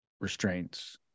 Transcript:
restraints